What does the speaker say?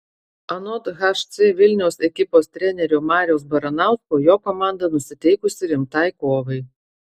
anot hc vilnius ekipos trenerio mariaus baranausko jo komanda nusiteikusi rimtai kovai